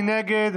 מי נגד?